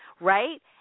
right